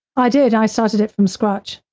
i did, i started it from scratch.